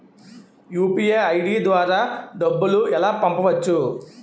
UPI ID ద్వారా డబ్బులు ఎలా పంపవచ్చు?